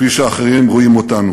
כפי שאחרים רואים אותנו.